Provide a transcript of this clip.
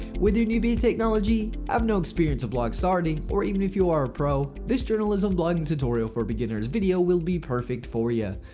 newbie at technology, have no experience at blog starting, or even if your a pro. this journalism blogging tutorial for beginners video will be perfect for yeah